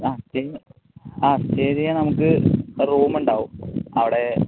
ആ ആ സ്റ്റേ ചെയ്യാൻ നമുക്ക് റൂമുണ്ടാകും അവിടെ